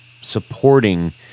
supporting